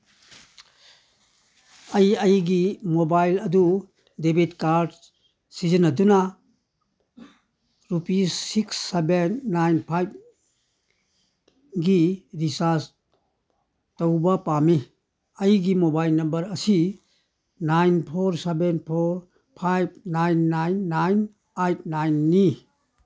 ꯑꯩ ꯑꯩꯒꯤ ꯃꯣꯕꯥꯏꯜ ꯑꯗꯨ ꯗꯦꯕꯤꯠ ꯀꯥꯔꯠ ꯁꯤꯖꯤꯟꯅꯗꯨꯅ ꯔꯨꯄꯤꯁ ꯁꯤꯛꯁ ꯁꯚꯦꯟ ꯅꯥꯏꯟ ꯐꯥꯏꯚꯒꯤ ꯔꯤꯆꯥꯔꯖ ꯇꯧꯕ ꯄꯥꯝꯃꯤ ꯑꯩꯒꯤ ꯃꯣꯕꯥꯏꯜ ꯅꯝꯕꯔ ꯑꯁꯤ nine four seven four five nine nine nine eight ꯅꯥꯏꯟꯅꯤ